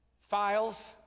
files